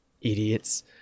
idiots